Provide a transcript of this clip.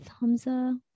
Hamza